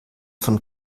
von